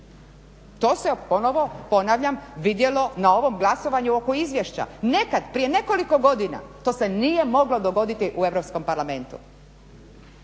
ponovo ponavljam vidjelo na ovom glasovanju oko izvješća. Nekad, prije nekoliko godina to se nije moglo dogoditi u Europskom parlamentu.